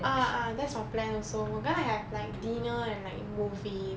ah ah that's our plan also we're gonna have like dinner and like movie